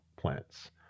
plants